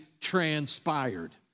transpired